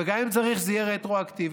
וגם, אם צריך זה יהיה רטרואקטיבית.